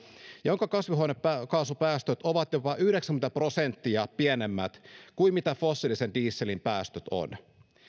jonka kasvihuonekaasupäästöt ovat jopa yhdeksänkymmentä prosenttia pienemmät kuin mitä fossiilisen dieselin päästöt ovat